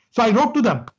so, i wrote to them.